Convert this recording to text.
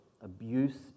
abuse